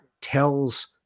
tells